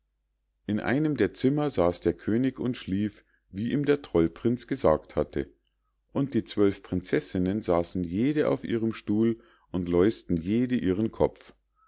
in einem der zimmer saß der könig und schlief wie ihm der trollprinz gesagt hatte und die zwölf prinzessinnen saßen jede auf ihrem stuhl und läus'ten jede ihren kopf